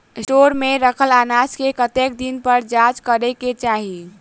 Store मे रखल अनाज केँ कतेक दिन पर जाँच करै केँ चाहि?